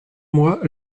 moi